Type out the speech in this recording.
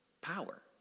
power